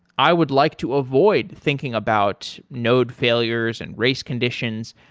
i would like to avoid thinking about node failures and race conditions,